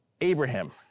Abraham